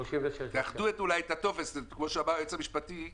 תאחדו אולי את הטופס, כמו שאמר היועץ המשפטי.